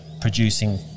producing